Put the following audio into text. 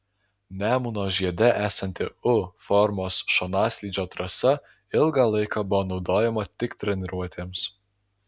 nemuno žiede esanti u formos šonaslydžio trasa ilgą laiką buvo naudojama tik treniruotėms